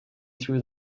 through